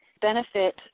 benefit